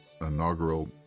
inaugural